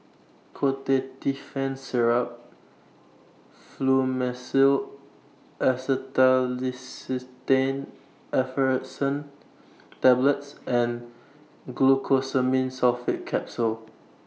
Ketotifen Syrup Fluimucil Acetylcysteine Effervescent Tablets and Glucosamine Sulfate Capsules